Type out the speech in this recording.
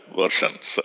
versions